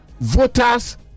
voters